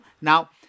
Now